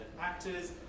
actors